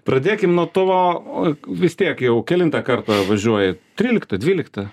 pradėkim nuo to o vis tiek jau kelintą kartą važiuoji tryliktą dvyliktą